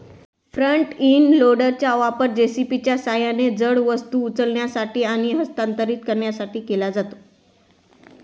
front end लोडरचा वापर जे.सी.बीच्या सहाय्याने जड वस्तू उचलण्यासाठी आणि हस्तांतरित करण्यासाठी केला जातो